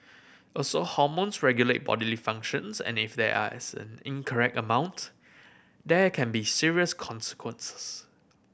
also hormones regulate bodily functions and if there are as an incorrect amount there can be serious consequences